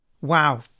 Wow